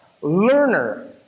Learner